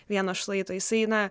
vieno šlaito jisai na